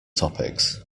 topics